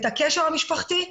את הקשר המשפחתי,